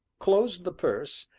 closed the purse,